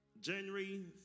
January